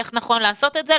איך נכון לעשות את זה,